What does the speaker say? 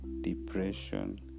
depression